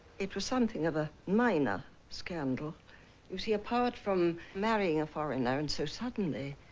it was something of a minor scandal you see apart from marrying a foreigner and so suddenly